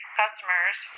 customers